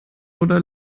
oder